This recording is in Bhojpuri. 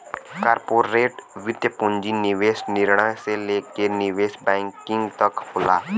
कॉर्पोरेट वित्त पूंजी निवेश निर्णय से लेके निवेश बैंकिंग तक होला